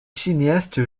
cinéaste